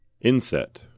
INSET